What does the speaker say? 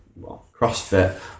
CrossFit